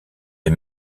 les